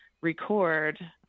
record